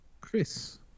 chris